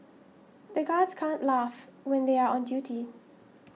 the guards can't laugh when they are on duty